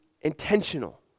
intentional